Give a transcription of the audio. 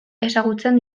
ezagutzen